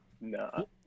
No